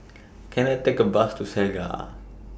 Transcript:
Can I Take A Bus to Segar